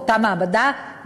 באותה מעבדה,